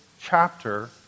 chapter